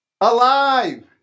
alive